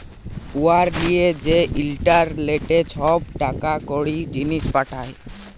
উয়ার লিয়ে যে ইলটারলেটে ছব টাকা কড়ি, জিলিস পাঠায়